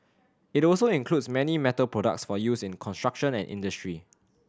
it also includes many metal products for use in construction and industry